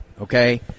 okay